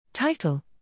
Title